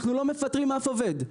אנחנו לא מפטרים אף עובד,